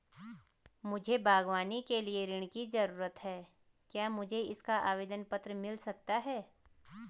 मुझे बागवानी के लिए ऋण की ज़रूरत है क्या मुझे इसका आवेदन पत्र मिल सकता है?